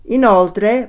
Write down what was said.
Inoltre